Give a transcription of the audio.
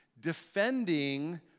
defending